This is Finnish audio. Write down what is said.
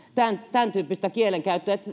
tämäntyyppistä kieltä